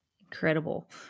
Incredible